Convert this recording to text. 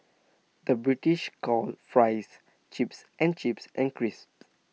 the British calls Fries Chips and chips and crisps